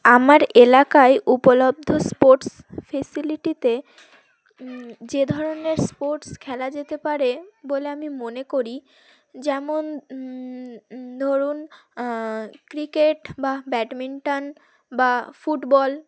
আমার এলাকায় উপলব্ধ স্পোর্টস ফেসিলিটিতে যে ধরনের স্পোর্টস খেলা যেতে পারে বলে আমি মনে করি যেমন ধরুন ক্রিকেট বা ব্যাডমিন্টন বা ফুটবল